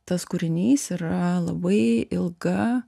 tas kūrinys yra labai ilga